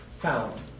found